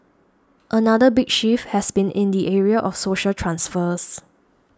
another big shift has been in the area of social transfers